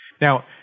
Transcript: Now